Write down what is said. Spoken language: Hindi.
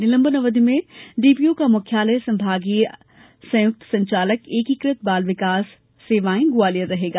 निलंबन अवधि में डीपीओ का मुख्यालय संभागीय संयुक्त संचालक एकीकृत बाल विकास सेवाएं ग्वालियर रहेगा